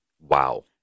Wow